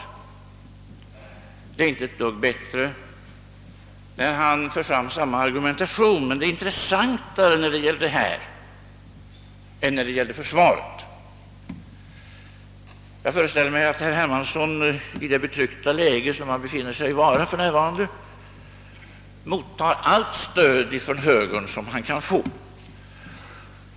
Argumenteringen är inte ett dugg bättre, när han nu för fram den, men det blev intressantare i detta sammanhang än när det gällde försvaret. Jag föreställer mig att herr Hermansson i det betryckta läge som han för närvarande befinner sig i mottar allt stöd ifrån högern som han kan få.